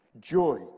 Joy